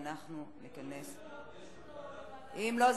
אם לא,